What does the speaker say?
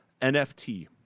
nft